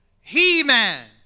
he-man